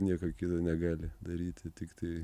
nieko kito negali daryti tiktai